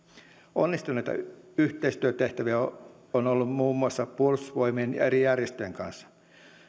onnistuneita yhteistyötehtäviä on ollut muun muassa puolustusvoimien ja eri järjestöjen kanssa